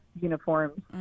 uniforms